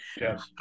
yes